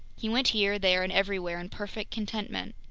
he went here, there, and everywhere in perfect contentment.